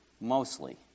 mostly